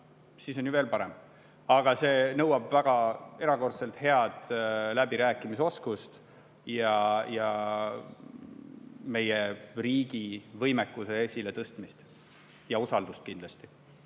siis on ju veel parem. Aga see nõuab erakordselt head läbirääkimisoskust, meie riigi võimekuse esiletõstmist ja kindlasti